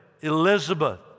Elizabeth